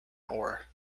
ore